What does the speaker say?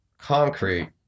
concrete